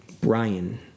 Brian